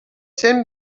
cent